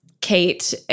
Kate